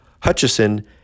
Hutchison